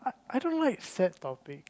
I don't like sad topic